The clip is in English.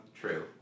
True